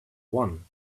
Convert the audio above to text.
one